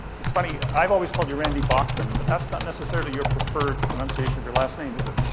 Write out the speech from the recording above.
it's funny, i've always called you randy bachman, but that's not necessarily your preferred pronunciation of your last name, is it?